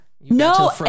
No